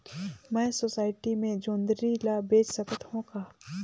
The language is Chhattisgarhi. मैं सोसायटी मे जोंदरी ला बेच सकत हो का?